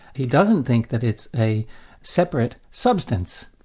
he doesn't think that it's a separate substance,